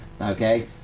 Okay